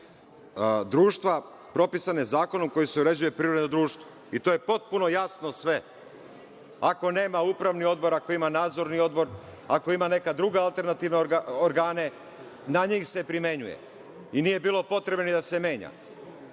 društva propisane zakonom kojim se uređuje privredno društvo. To je potpuno jasno sve. Ako nema upravni odbor, ako ima nadzorni odbor, ako ima neke druge alternativne organe, na njih se primenjuje i nije bilo potrebe da se menja. Molim